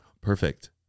Perfect